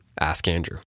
askandrew